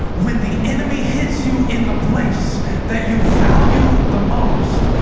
when the enemy hits you in the place that you value the most,